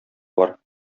бар